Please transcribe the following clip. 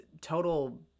total